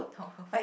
no